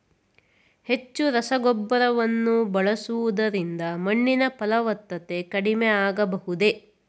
ಹೆಚ್ಚು ರಸಗೊಬ್ಬರವನ್ನು ಬಳಸುವುದರಿಂದ ಮಣ್ಣಿನ ಫಲವತ್ತತೆ ಕಡಿಮೆ ಆಗಬಹುದೇ?